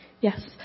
Yes